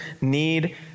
need